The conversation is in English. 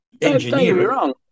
engineer